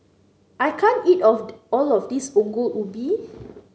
I can't eat of all of this Ongol Ubi